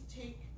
take